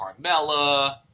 Carmella